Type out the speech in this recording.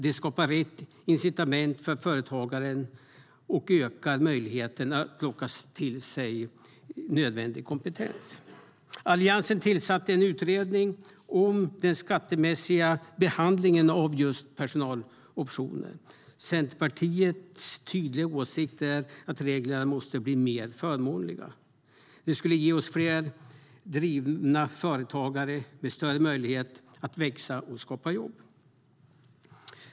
Det skapar rätt incitament för företagaren och ökar möjligheten att locka till sig nödvändig kompetens. Alliansen tillsatte en utredning om den skattemässiga behandlingen av just personaloptioner. Centerpartiets tydliga åsikt är att reglerna måste bli mer förmånliga. Det skulle ge oss fler drivna företagare med större möjlighet att skapa jobb och få företag att växa.